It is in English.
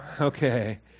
okay